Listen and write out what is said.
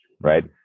right